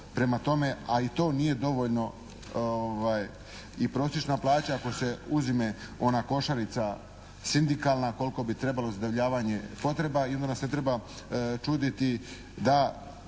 prema tome a i to nije dovoljno i prosječna plaća ako se uzme ona košarica sindikalna koliko bi trebalo za zadovoljavanje potreba i onda se ne treba čuditi da